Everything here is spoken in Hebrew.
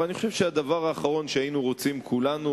אבל אני חושב שהדבר האחרון שהיינו רוצים כולנו